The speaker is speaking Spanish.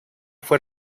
fue